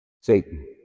Satan